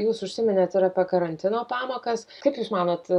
jūs užsiminėt ir apie karantino pamokas kaip jūs manot